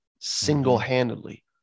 single-handedly